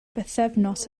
bythefnos